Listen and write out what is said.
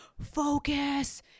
focus